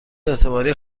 اعتباری